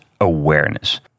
awareness